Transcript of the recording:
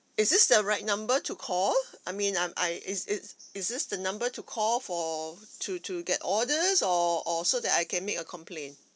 is this the right number to call I mean um I is it's is this the number to call for to to get orders or or so that I can make a complaint